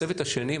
הצוות השני,